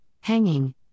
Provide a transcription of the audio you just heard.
Hanging